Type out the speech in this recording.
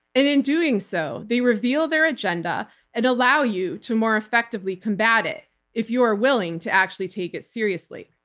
and in doing so they reveal their agenda and allow you to more effectively combat it if you are willing to actually take it seriously.